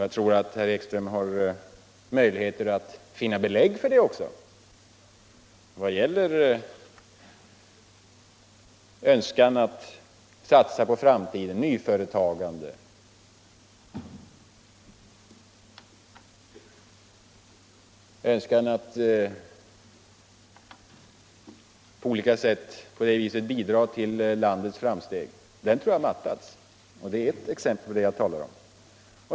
Jag tror att herr Ekström också har möjligheter att få belägg för det när det gäller önskan att satsa på framtiden genom nyföretagande och på det viset bidra till landets framsteg. Denna önskan tror jag mattas, och det är ett exempel på det jag talar om.